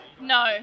No